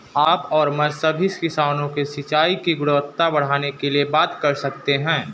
आप और मैं सभी किसानों से सिंचाई की गुणवत्ता बढ़ाने के लिए बात कर सकते हैं